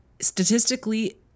statistically